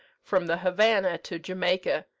from the havanna to jamaica,